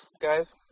guys